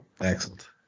Excellent